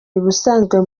ubusanzwe